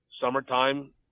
summertime